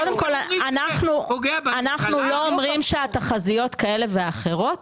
קודם כל אנחנו לא אומרים שהתחזיות כאלה ואחרות,